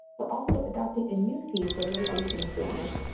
we're also adopting a new fee for litigation statements,